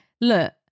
look